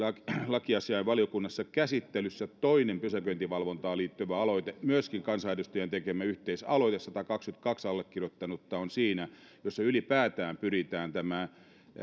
lakiasiainvaliokunnassa käsittelyssä myöskin toinen pysäköintivalvontaan liittyvä aloite myöskin kansanedustajien tekemä yhteisaloite satakaksikymmentäkaksi allekirjoittanutta on siinä jossa ylipäätään pyritään tämä